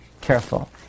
careful